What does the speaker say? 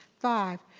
five,